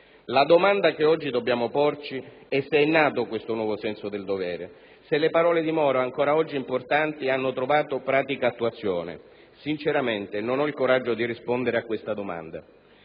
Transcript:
La domanda che oggi dobbiamo porci è se è nato questo nuovo senso del dovere, se le parole di Moro ancora oggi importanti hanno trovato pratica attuazione. Sinceramente non ho il coraggio di rispondere a questa domanda.